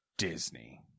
Disney